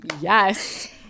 Yes